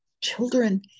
children